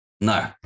No